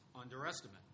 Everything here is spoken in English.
underestimate